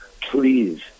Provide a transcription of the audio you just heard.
please